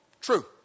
True